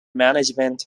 management